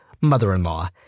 Mother-in-law